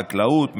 חקלאות ומלונאות.